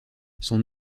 son